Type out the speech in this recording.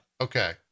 Okay